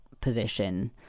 position